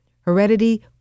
Heredity